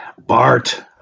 Bart